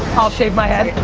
i'll shave my head?